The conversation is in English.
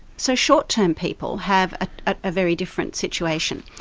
so short-term people have a ah very different situation.